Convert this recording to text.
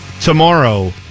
Tomorrow